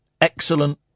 excellent